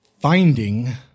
Finding